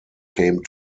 came